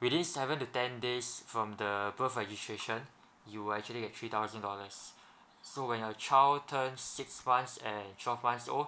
within seven to ten days from the birth registration you will actually get three thousand dollars so when your child turns six months and twelve months old